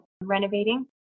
Renovating